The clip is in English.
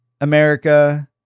America